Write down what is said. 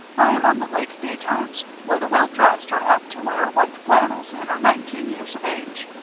i am on the lake daytimes, where the well-dressed are apt to wear white flannels and are nineteen years of age.